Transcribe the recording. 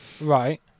Right